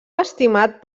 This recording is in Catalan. estimat